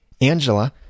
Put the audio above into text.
Angela